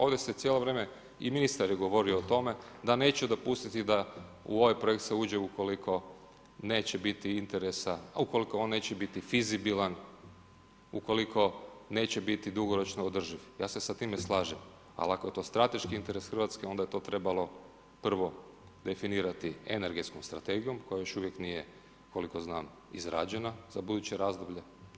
Ovdje se cijelo vrijeme, i ministar je govorio o tome da neće dopustiti da u ovaj projekt se uđe ukoliko neće biti interesa, ukoliko on neće biti fizibilan, ukoliko neće biti dugoročno održiv, ja se sa tim slažem ali ako je to strateški interes Hrvatske, onda je to trebalo prvo definirati energetskom strategijom koja još uvijek nije koliko znam, izrađena za buduće razdoblje.